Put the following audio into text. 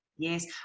Yes